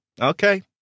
Okay